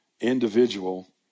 individual